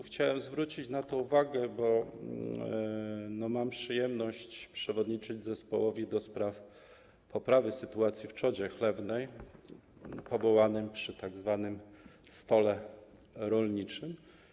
Chciałem zwrócić na to uwagę, bo mam przyjemność przewodniczyć zespołowi ds. poprawy sytuacji w trzodzie chlewnej powołanemu przy tzw. stole rolniczym.